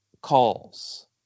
calls